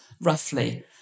roughly